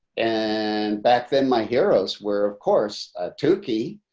and back then my heroes were of course tookie